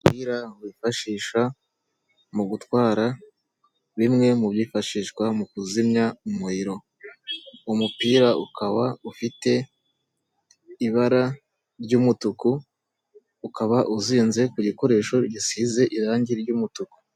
Umupira wishisha mu gutwara bimwe mu byifashishwa mu kuzimya umuriro. Uwo umupira ukaba ufite ibara ry'umutuku, ukaba uzinze ku gikoresho gisize irangi ry'umutuku.